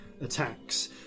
attacks